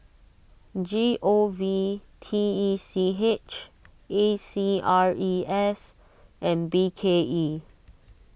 G O V T E C H A C R E S and B K E